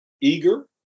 eager